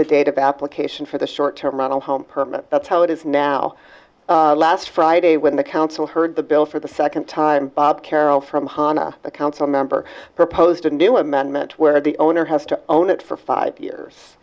the date of application for the short term model home permit that's how it is now last friday when the council heard the bill for the second time bob carroll from honda a council member proposed a new amendment where the owner has to own it for five years